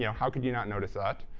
you know how could you not notice that?